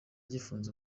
gifunze